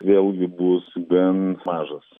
vėlgi bus gan mažas